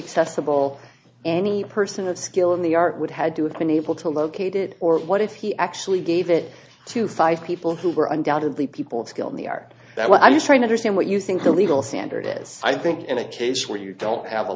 accessible any person of skill in the art would had to have been able to locate it or what if he actually gave it to five people who were undoubtedly people skill in the art that well i'm just trying to understand what you think the legal standard is i think in a case where you don't have a